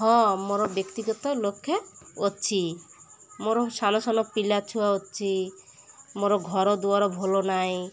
ହଁ ମୋର ବ୍ୟକ୍ତିଗତ ଲକ୍ଷ୍ୟ ଅଛି ମୋର ସାନ ସାନ ପିଲା ଛୁଆ ଅଛି ମୋର ଘର ଦୁଆର ଭଲ ନାହିଁ